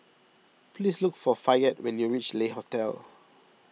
please look for Fayette when you reach Le Hotel